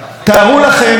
חס וחלילה,